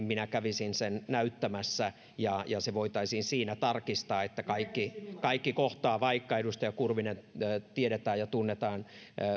minä kävisin sen näyttämässä ja voitaisiin siinä tarkistaa että kaikki kaikki kohtaa vaikka edustaja kurvinen tiedetään ja tunnetaan